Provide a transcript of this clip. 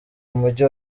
umujyi